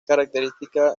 característica